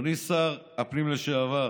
אדוני שר הפנים לשעבר